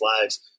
lives